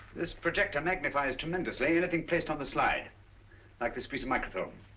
this projector magnifies tremendously anything placed on the slide like this piece of microfilm.